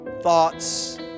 thoughts